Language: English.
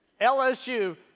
LSU